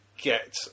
get